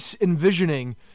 envisioning